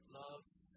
loves